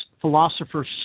philosopher's